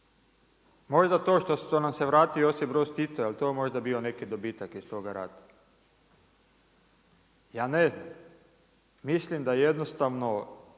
Možda to što nam se vratio Josip Broz Tito, je li to možda bio neki dobitak iz toga rata? Ja ne znam, mislim da jednostavno